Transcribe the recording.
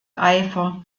eifer